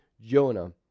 Jonah